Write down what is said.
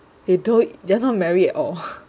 they don't they're not marrying at all